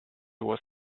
was